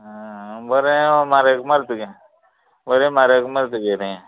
बरें म्हारग मार तुगे बरें म्हारग मार तुगे रे